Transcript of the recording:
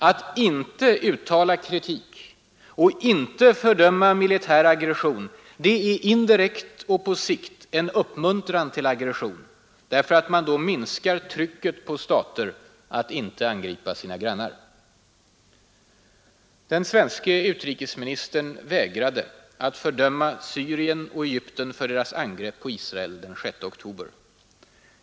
Att inte uttala kritik och inte fördöma militär aggression är indirekt och på sikt en uppmuntran till aggression, därför att man då minskar trycket på stater att inte angripa sina grannar. Den svenske utrikesministern vägrade att fördöma Syrien och Egypten för deras angrepp på Israel den 6 oktober.